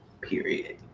Period